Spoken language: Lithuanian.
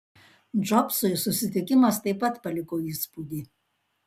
džobsui susitikimas taip pat paliko įspūdį